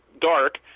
dark